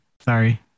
sorry